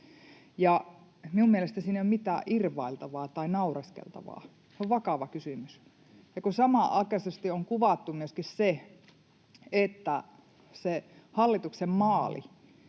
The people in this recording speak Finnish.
Minun mielestäni siinä ole mitään irvailtavaa tai naureskeltavaa. Se on vakava kysymys. Kun samanaikaisesti on kuvattu myöskin se, että se hallituksen maali